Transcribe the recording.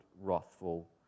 wrathful